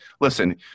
listen